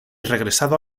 regresado